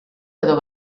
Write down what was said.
edo